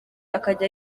akazajya